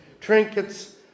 trinkets